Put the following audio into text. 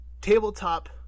tabletop